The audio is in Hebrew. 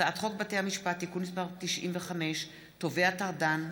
הצעת חוק בתי המשפט (תיקון מס' 95) (תובע טרדן),